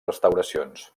restauracions